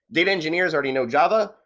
data engineers already know java,